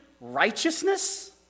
righteousness